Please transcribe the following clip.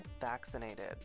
vaccinated